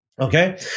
okay